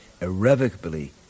irrevocably